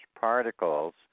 particles